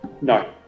No